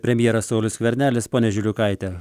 premjeras saulius skvernelis pone žiliukaite